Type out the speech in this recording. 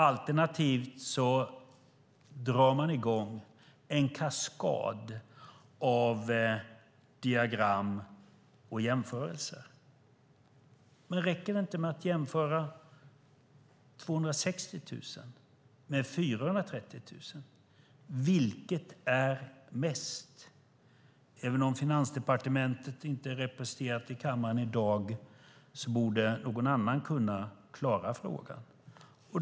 Alternativt drar de i gång en kaskad av diagram och jämförelser. Räcker det inte att jämföra 260 000 med 430 000? Vilket är mest? Även om Finansdepartementet inte är representerat i kammaren i dag borde någon annan kunna klara av den frågan.